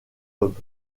top